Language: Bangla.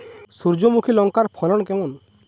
সূর্যমুখী লঙ্কার ফলন কেমন?